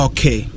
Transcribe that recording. Okay